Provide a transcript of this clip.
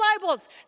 Bibles